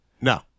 No